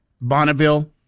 bonneville